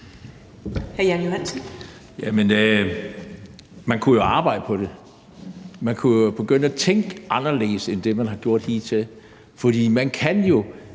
man kunne jo arbejde på det. Man kunne jo begynde at tænke anderledes end det, man har gjort hidtil. For man kan jo